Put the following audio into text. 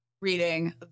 reading